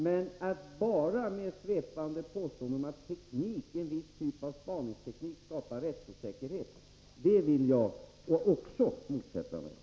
Men svepande påståenden om att en viss typ av spaningsteknik skapar rättsosäkerhet vill jag bestämt tillbakavisa.